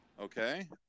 Okay